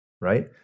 right